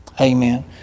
amen